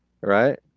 right